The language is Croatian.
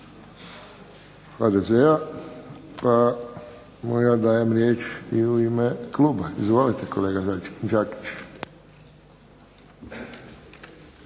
HDZ-a pa mu ja dajem riječ i u ime kluba. Izvolite kolega Đakić.